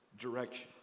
direction